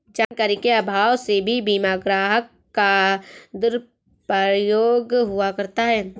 जानकारी के अभाव में भी बीमा ग्राहक का दुरुपयोग हुआ करता है